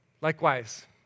Likewise